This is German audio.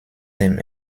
dem